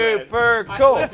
super cool.